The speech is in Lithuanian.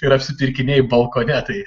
ir apsipirkinėji balkone tai